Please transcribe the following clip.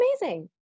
Amazing